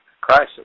crisis